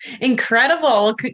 Incredible